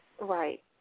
right